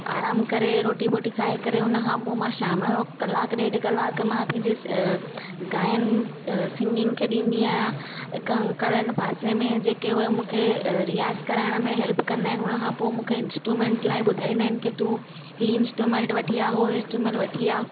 आराम करे रोटी वोटी खाई करे उनखां पोइ मां शाम जो कलाकु ॾेढ कलाकु मां पंहिंजे अ ॻाइणु अ सिंगिंग खे ॾींदी आहियां हिकु अंकल आहिनि पासे में जेके उहे मूंखे अ रियाज़ु कराइण में हैल्प कंदा आहिनि उनखां पोइ मूंखे इंस्टूमैंट लाइ ॿुधाईंदा आहिनि के तू हीउ इंस्टूमैंट वठी आ उहो इंस्टूमैंट वठी आ